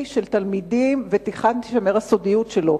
הסודיות שלו,